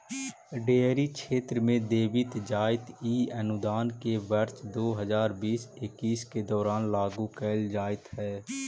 dairy क्षेत्र में देवित जाइत इ अनुदान के वर्ष दो हज़ार बीस इक्कीस के दौरान लागू कैल जाइत हइ